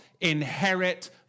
inherit